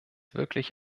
wirklich